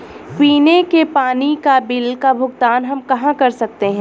पीने के पानी का बिल का भुगतान हम कहाँ कर सकते हैं?